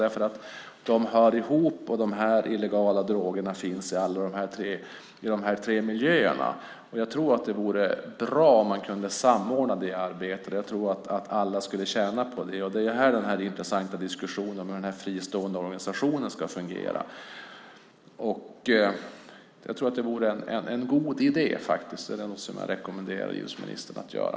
De hör ihop, och de här illegala drogerna finns i alla de här tre miljöerna. Jag tror att det vore bra om man kunde samordna det arbetet. Jag tror att alla skulle tjäna på det. Det är här den intressanta diskussionen om hur den fristående organisationen ska fungera kommer in. Jag tror att det vore en god idé, faktiskt. Det är något som jag rekommenderar idrottsministern att göra.